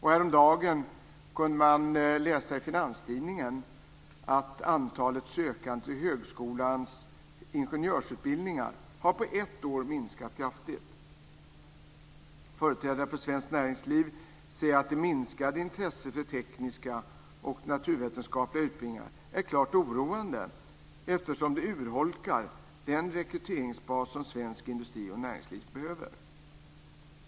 Häromdagen kunde man läsa i Finanstidningen att antalet sökande till högskolans ingenjörsutbildningar har minskat kraftigt på ett år. Företrädare för svenskt näringsliv säger att det minskade intresset för tekniska och naturvetenskapliga utbildningar är klart oroande eftersom det urholkar den rekryteringsbas som svensk industri och svenskt näringsliv behöver.